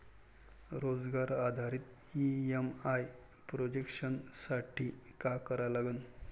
रोजगार आधारित EMI projection साठी का करा लागन?